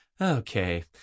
Okay